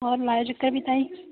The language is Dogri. होर लाएओ चक्कर फ्ही ताईं